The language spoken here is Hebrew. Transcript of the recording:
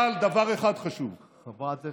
אבל דבר אחד חשוב, שקר.